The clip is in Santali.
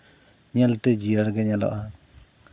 ᱧᱮᱞᱛᱮ ᱡᱤᱭᱟᱹᱲᱜᱮ ᱧᱮᱞᱚᱜᱼᱟ